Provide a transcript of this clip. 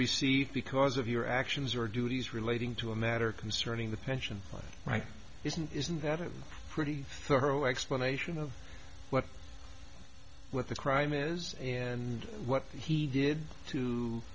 received because of your actions or duties relating to a matter concerning the pension rights isn't isn't that a pretty thorough explanation of what with the crime is and what he did to